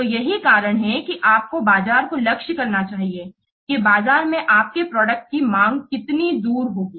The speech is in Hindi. तो यही कारण है कि आप को बाजार को लक्ष्य करना चाहिए कि बाजार में आपके प्रोडक्ट की मांग कितनी दूर होगी